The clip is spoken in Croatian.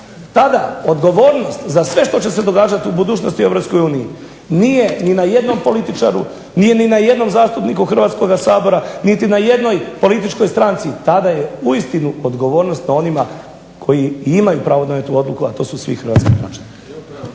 tada odgovornost za sve što će se događati u budućnosti u Europskoj uniji nije ni na jednom političaru, nije ni na jednom zastupniku Hrvatskoga sabora niti na jednoj političkoj stranci. Tada je uistinu odgovornost na onima koji imaju pravo donijeti tu odluku, a to su svi hrvatski građani.